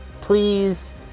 please